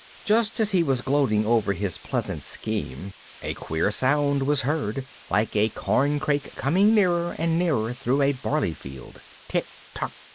just as he was gloating over his pleasant scheme a queer sound was heard, like a corncrake coming nearer and nearer through a barley field. tick, tack,